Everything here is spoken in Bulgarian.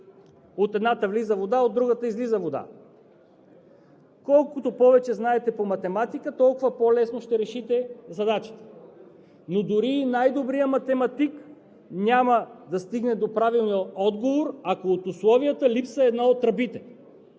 от едната влиза вода, от другата излиза вода. Колкото повече знаете по математика, толкова по-лесно ще решите задачата. Но дори и най-добрият математик няма да стигне до правилния отговор, ако в условията липсва една от тръбите.